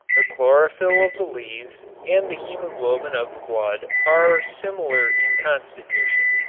the chlorophyll of the leaves and the hemoglobin of the blood are similar in constitution.